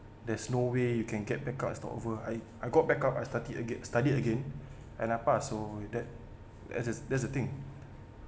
there's no way you can get back up and start over I I got backup I studied agai~ study again at NAFA so that that's just that's the thing